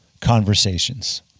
conversations